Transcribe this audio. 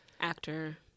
Actor